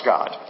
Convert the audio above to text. God